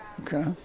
Okay